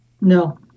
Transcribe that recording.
No